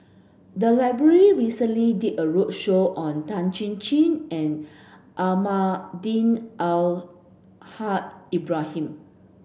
the library recently did a roadshow on Tan Chin Chin and Almahdi Al Haj Ibrahim